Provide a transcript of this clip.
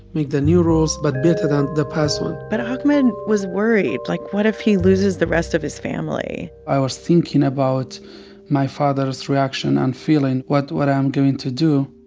make the new rules but better than the past one but ahmed was worried. like, what if he loses the rest of his family? i was thinking about my father's reaction and feeling, what what i'm going to do?